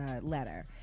letter